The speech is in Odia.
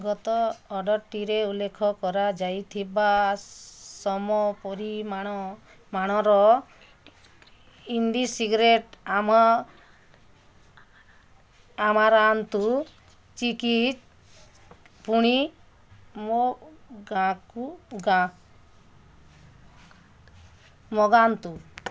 ଗତ ଅର୍ଡ଼ର୍ଟିରେ ଉଲ୍ଲେଖ କରାଯାଇଥିବା ସମ ପରିମାଣ ମାଣର ଇଣ୍ଡି ସିକ୍ରେଟ ଆମ ଆମାରାନ୍ତୁ ଚିକ୍କିଜ୍ ପୁଣି ମଗାକୁ ଗା ମଗାନ୍ତୁ